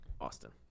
Austin